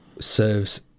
serves